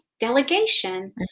delegation